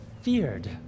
feared